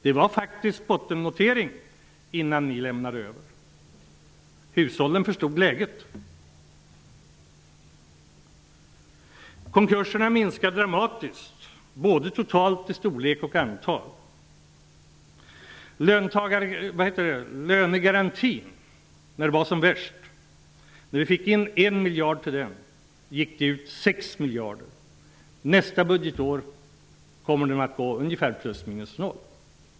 Den låg på en bottennotering innan ni socialdemokrater lämnade över. Hushållen förstod läget. Konkurserna minskar dramatiskt totalt sett, både i storlek och antal. När det var som värst fick vi in 1 miljarder. Nästa budgetår kommer budgeten för lönegarantin att gå plus minus noll.